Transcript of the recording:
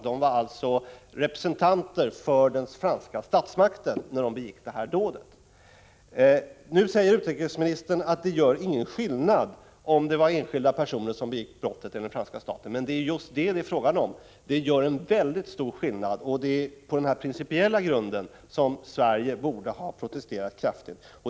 De var alltså representanter för den franska statsmakten när de begick dådet. Nu säger utrikesministern att det inte gör någon skillnad om det var enskilda personer som begick brottet eller den franska staten. Men det är just det det är fråga om! Det gör en väldigt stor skillnad. Det är på denna principiella grund som Sverige borde ha protesterat kraftigt.